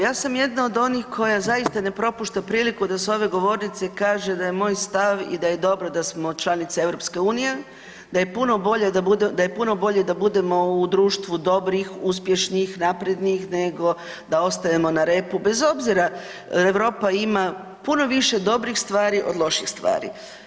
Ja sam jedna od onih koja zaista ne propušta priliku da s ove govornice kaže da je moj stav i da je dobro da smo članica EU, da je puno bolje da budemo u društvu dobrih, uspješnih, naprednih nego da ostajemo na repu bez obzira Europa ima puno više dobrih stvari od loših stvari.